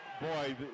boy